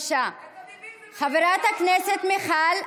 חברת הכנסת מיכל.